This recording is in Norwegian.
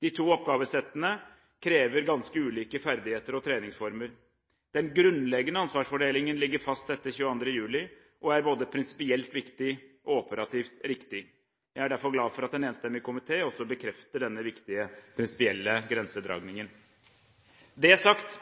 De to oppgavesettene krever ganske ulike ferdigheter og treningsformer. Den grunnleggende ansvarsfordelingen ligger fast etter 22. juli og er både prinsipielt viktig og operativt riktig. Jeg er derfor glad for at en enstemmig komité bekrefter denne viktige prinsipielle grensedragningen. Når det er sagt,